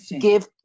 Give